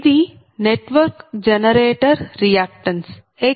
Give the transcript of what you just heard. ఇది network generator reactance xg10